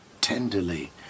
tenderly